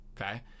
Okay